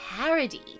parody